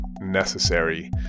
necessary